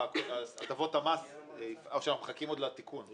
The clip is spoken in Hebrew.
הטבות המס אושרו או שאנחנו עוד מחכים לתיקון?